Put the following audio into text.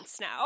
now